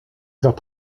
heures